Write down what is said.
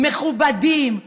מכובדים,